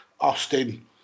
Austin